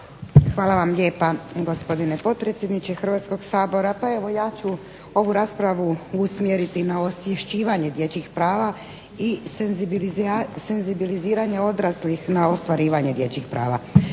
Hvala vam lijepa gospodine potpredsjedniče Hrvatskoga sabora. Pa evo ja ću ovu raspravu usmjeriti na osvješćivanje dječjih prava i senzibiliziranje odraslih za ostvarivanje dječjih prava.